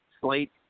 slate